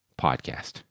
podcast